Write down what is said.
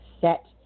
set